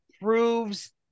proves